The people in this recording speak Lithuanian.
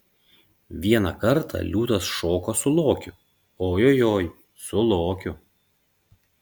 vieną kartą liūtas šoko su lokiu ojojoi su lokiu